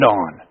on